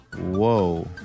Whoa